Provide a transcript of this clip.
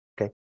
Okay